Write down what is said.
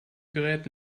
gerät